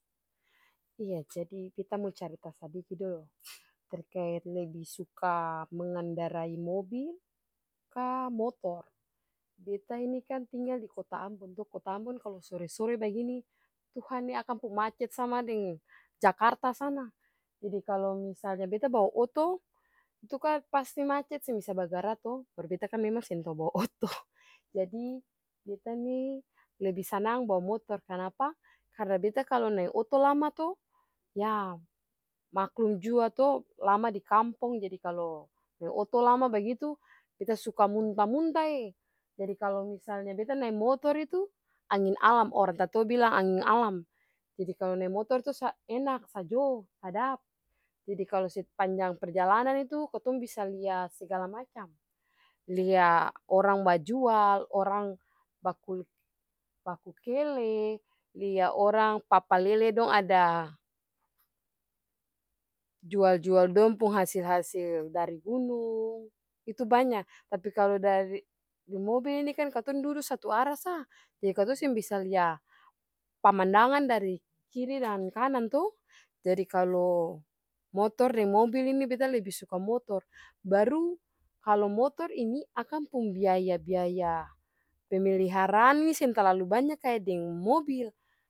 Iya jadi beta mo carita sadiki dolo, terkait lebi suka mengendarai mobil ka motor. Beta inikan tinggal di kota ambon to, kota ambon kalu sore-sore bagini tuhane akang pung macet sama deng jakarta sana. Jadi kalu misalnya beta bawa oto itukan pasti macet seng bisa bagara to, baru beta kan seng tau bawa oto. Jadi beta nih lebi sanang bawa motor kanapa karna beta kalu nae oto lama to yah maklum jua to lama dikampong jadi kalu nae oto lama bagitu beta suka munta-muntae. Jadi kalu misalnya beta nae motor itu angin alam, orang tatua bilang anging alam jadi kalu nae motor itu sa-enak sajo sadap, jadi kalu sepanjang perjalan itu katong bisa lia sagala macam, lia orang bajual, orang baku kele, lia orang papalele dong ada jual-jual dong pung hasil dari gunung, itu banya tapi kalu dari deng mobil ini katong dudu satu arah sah jadi katong seng bisa lia pamandangan dari kiri deng kanan to. Jadi kalu motor deng mobil ini beta lebe suka motor, baru kalu motor ini akang pung biaya-biaya pemeliharaan ini seng talalu banya kaya deng mobil.